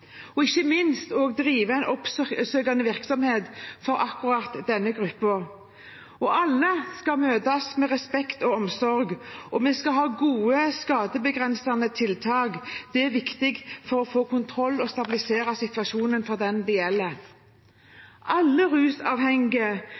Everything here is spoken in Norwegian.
som ikke minst driver en oppsøkende virksomhet for akkurat denne gruppen. Alle skal møtes med respekt og omsorg, og vi skal ha gode skadebegrensende tiltak. Det er viktig for å få kontroll og stabilisere situasjonen for dem det gjelder.